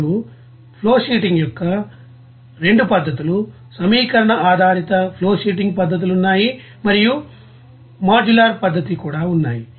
ఇప్పుడు ఫ్లోషీటింగ్ యొక్క 2 పద్ధతులు సమీకరణ ఆధారిత ఫ్లోషీటింగ్ పద్ధతులు ఉన్నాయి మరియు మాడ్యులర్ పద్ధతి కూడా ఉన్నాయి